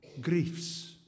griefs